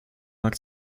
mag